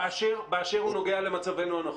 באשר הוא נוגע למצבנו הנוכחי.